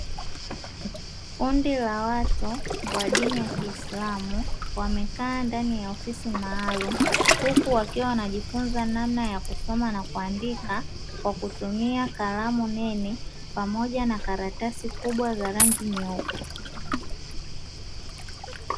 Kundi la watu wa dini ya kiislamu, wamekaa ndani ya ofisi maalumu. Huku wakiwa wanajifunza namna ya kusoma na kuandika kwa kutumia kalamu nene, pamoja na katratasi kubwa za rangi nyeupe.